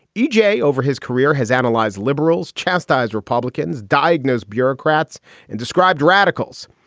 e j, over his career has analyzed liberals, chastise republicans, diagnosed bureaucrats and described radicals.